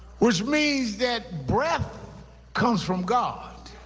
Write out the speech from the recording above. which means that breath comes from god.